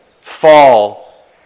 fall